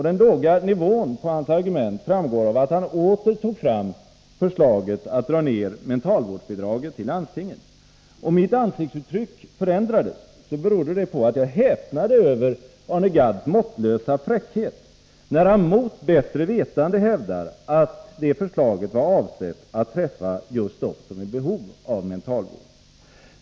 Den låga nivån på hans argument framgår av att han åter tog fram förslaget att dra ned mentalvårdsbidraget till landstingen. Om mitt ansiktsuttryck förändrades berodde det på att jag häpnade över Arne Gadds måttlösa fräckhet när han mot bättre vetande hävdade att det förslaget var avsett att träffa just dem som är i behov av mentalvård.